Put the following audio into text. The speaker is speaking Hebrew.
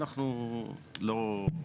אנחנו לא.